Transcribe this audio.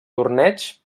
torneigs